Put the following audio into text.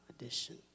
edition